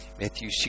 Matthew